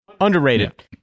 underrated